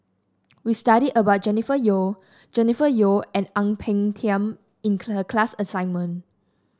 we studied about Jennifer Yeo Jennifer Yeo and Ang Peng Tiam in the class assignment